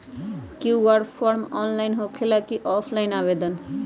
QR form online होकेला कि offline आवेदन?